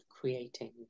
creating